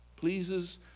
pleases